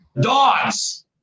Dogs